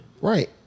Right